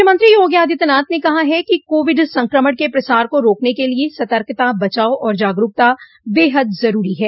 मुख्यमंत्री योगी आदित्यनाथ ने कहा कि कोविड संक्रमण के प्रसार को रोकने के लिए सतर्कता बचाव और जागरूकता बेहद जरूरी है